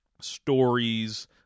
stories